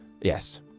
yes